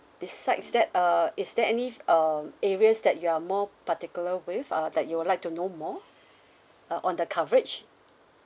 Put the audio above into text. besides that uh is there any um areas that you're more particular with uh that you would like to know more uh on the coverage